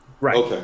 Right